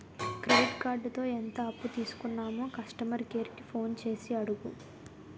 credit కార్డుతో ఎంత అప్పు తీసుకున్నామో కస్టమర్ కేర్ కి ఫోన్ చేసి అడుగు